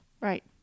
Right